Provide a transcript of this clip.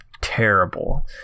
terrible